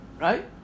right